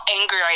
angry